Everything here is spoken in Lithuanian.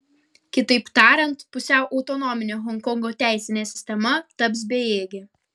kitaip tariant pusiau autonominė honkongo teisinė sistema taps bejėgė